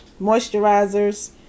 moisturizers